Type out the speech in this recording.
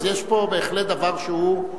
אז יש פה בהחלט דבר שהוא,